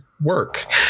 work